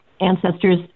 ancestors